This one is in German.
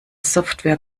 software